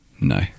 no